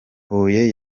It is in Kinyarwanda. huye